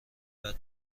بعد